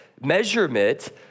Measurement